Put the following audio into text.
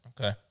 Okay